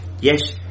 yes